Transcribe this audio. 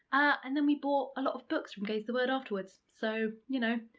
and then we bought a lot of books from gay's the word afterwards. so you know,